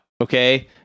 okay